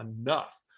enough